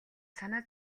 санаа